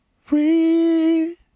free